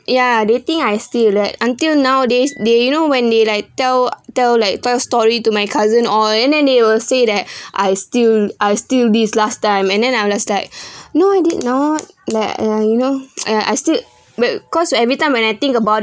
ya they think I steal like until nowadays they you know when they like tell tell like tell story to my cousin all and then they will say that I steal I steal this last time and then I will looks like no I did not that uh you know uh I still wait cause everytime when I think about it